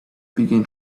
began